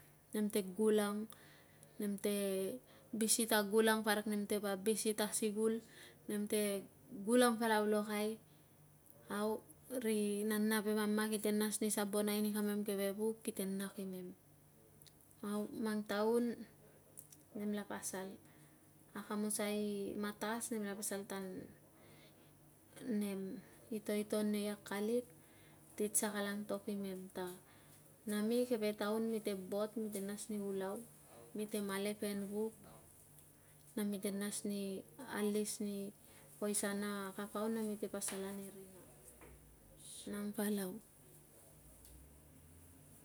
Nemte gulang nemte bisi ta gulang parik nemte be bisi ta sikul nemte gulang palau lokai. Au ri nana ve mama kite nas ni sabonai ni kamem keve vuk kite nak imem, au mang taun nemla pasal, akamusai i matas nemla pasal ta nem itoiton nei akalit, titsa kate antok imem ta nami keve taun mite bot mite nas ni ulau mite malepen vuk na mite nas ni alis ni poisa na kapau na mite pasal ane rina. Nang palau.